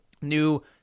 New